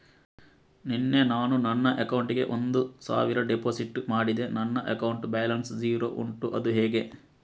ನಿನ್ನೆ ನಾನು ನನ್ನ ಅಕೌಂಟಿಗೆ ಒಂದು ಸಾವಿರ ಡೆಪೋಸಿಟ್ ಮಾಡಿದೆ ನನ್ನ ಅಕೌಂಟ್ ಬ್ಯಾಲೆನ್ಸ್ ಝೀರೋ ಉಂಟು ಅದು ಹೇಗೆ?